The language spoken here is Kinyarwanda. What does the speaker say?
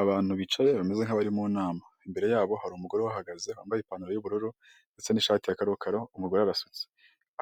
Abantu bicaye bameze nk'abari mu nama imbere yabo hari umugore uhagaze wambaye ipantaro y'ubururu ndetse n'ishati ya karokaro umugore arasetse